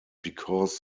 because